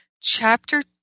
chapter